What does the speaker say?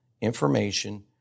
information